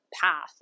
path